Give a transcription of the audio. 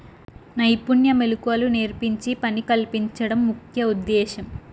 నైపుణ్య మెళకువలు నేర్పించి పని కల్పించడం ముఖ్య ఉద్దేశ్యం